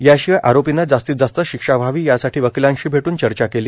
याशिवाय आरोपींना जास्तीत जास्त शिक्षा व्हावी यासाठी वकिलांशी भेटून चर्चा केली